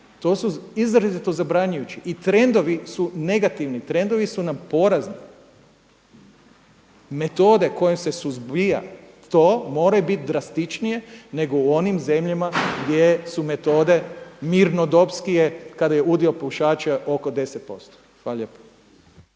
to su izrazito zabranjujući i trendovi su negativni, trendovi su nam porazni. Metode kojim se suzbija to mora biti drastičnije nego u onim zemljama gdje su metode mirnodobskije kada je udio pušača oko 10%. Hvala lijepo.